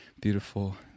beautiful